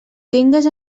tingues